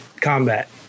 combat